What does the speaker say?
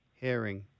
Herring